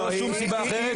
אין שום סיבה אחרת,